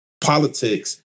politics